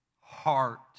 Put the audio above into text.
heart